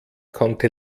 konnte